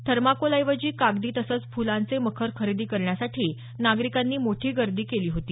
थर्मोकोलऐवजी कागदी तसंच फुलांचे मखर खरेदी करण्यासाठी नागरिकांनी मोठी गर्दी केली होती